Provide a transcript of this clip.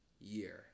year